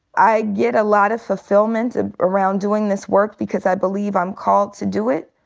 i get a lot of fulfillment around doing this work because i believe i'm called to do it.